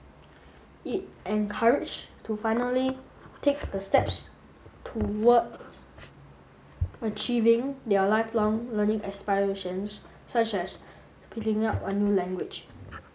it encouraged to finally take the steps towards achieving their lifelong learning aspirations such as picking up a new language